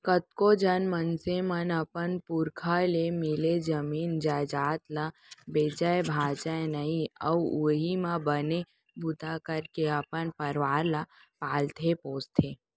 कतको झन मनसे मन अपन पुरखा ले मिले जमीन जयजाद ल बेचय भांजय नइ अउ उहीं म बने बूता करके अपन परवार ल पालथे पोसथे